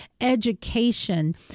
education